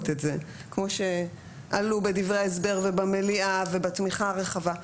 את זה כמו שעלו בדברי ההסבר ובמליאה ובתמיכה הרחבה,